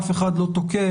אף אחד לא תוקף.